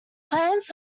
plants